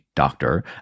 Doctor